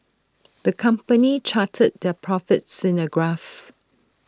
the company charted their profits in A graph